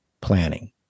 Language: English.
planning